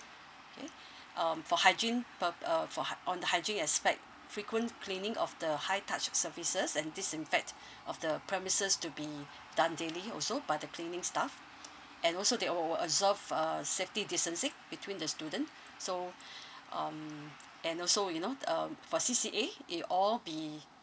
K um for hygiene purp~ uh for hy~ on the hygiene aspect frequent cleaning of the high touched surfaces and disinfect of the premises to be done daily also by the cleaning staff and also they uh will will observe uh safety distancing between the student so um and also you know th~ um for C_C_A it'll all be